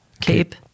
Cape